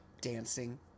Dancing